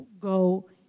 go